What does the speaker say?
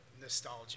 nostalgia